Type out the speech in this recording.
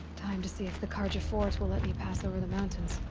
time to see if the carja fort will let me pass over the mountains.